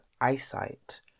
eyesight